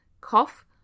cough